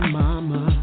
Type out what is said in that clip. mama